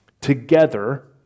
Together